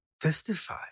testify